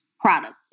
product